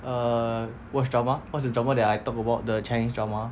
err watch drama watch the drama that I talked about the chinese drama